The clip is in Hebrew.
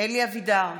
אלי אבידר,